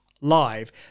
live